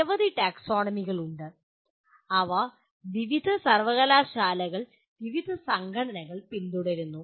നിരവധി ടാക്സോണമി ഉണ്ട് അവ വിവിധ സർവകലാശാലകൾ വിവിധ സംഘടനകൾ പിന്തുടരുന്നു